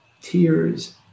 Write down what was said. tears